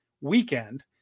weekend